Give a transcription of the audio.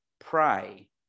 pray